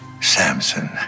Samson